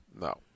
no